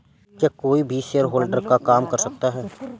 क्या कोई भी शेयरहोल्डर का काम कर सकता है?